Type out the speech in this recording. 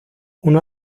una